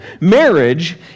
Marriage